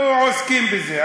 משפחה, אנחנו עוסקים בזה.